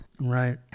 right